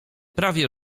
prawie